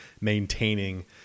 maintaining